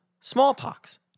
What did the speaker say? smallpox